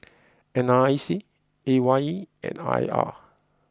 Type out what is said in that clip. N R I C A Y E and I R